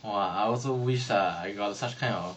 !wah! I also wish lah I got such kind of